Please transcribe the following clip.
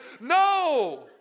No